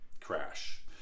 crash